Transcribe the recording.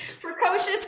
precocious